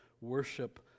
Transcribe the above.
worship